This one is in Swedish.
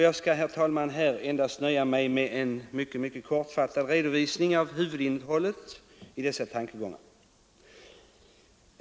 Jag skall, herr talman, här nöja mig med en mycket kortfattad redovisning av huvudinnehållet i motionen.